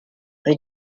rue